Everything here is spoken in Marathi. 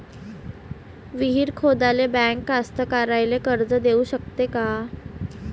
विहीर खोदाले बँक कास्तकाराइले कर्ज देऊ शकते का?